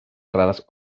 raras